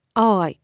oh,